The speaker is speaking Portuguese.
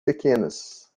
pequenas